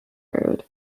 road